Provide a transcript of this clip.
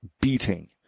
beating